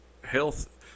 health